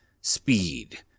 Speed